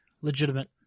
legitimate